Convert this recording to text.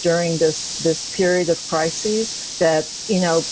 during this this period of crises that you know,